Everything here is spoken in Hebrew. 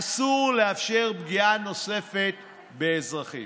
אסור לאפשר פגיעה נוספת באזרחים.